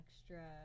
extra